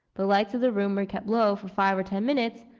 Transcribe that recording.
the lights of the room were kept low for five or ten minutes,